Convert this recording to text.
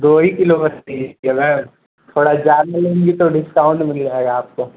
दो ही किलो बस चाहिए क्या मैम थोड़ा ज़्यादा लेंगी तो डिस्काउन्ट मिल जाएगा आपको